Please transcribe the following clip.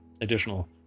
additional